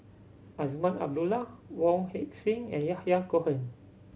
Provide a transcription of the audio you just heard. Azman Abdullah Wong Heck Sing and Yahya Cohen